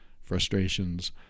frustrations